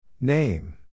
Name